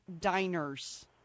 diners